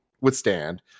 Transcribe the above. withstand